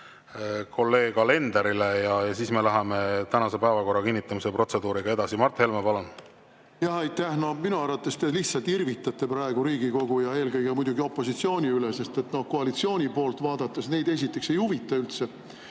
kolleeg Alenderile ja siis läheme tänase päevakorra kinnitamise protseduuriga edasi. Mart Helme, palun! Aitäh! No minu arvates te praegu lihtsalt irvitate Riigikogu ja eelkõige muidugi opositsiooni üle. Koalitsiooni poolt vaadates, neid esiteks ei huvita üldse,